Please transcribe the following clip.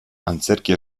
antzerki